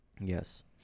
yes